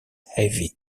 heavy